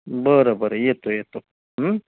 बरं बरं येतो येतो